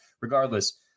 regardless